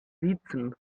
siezen